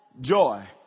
joy